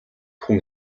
хүн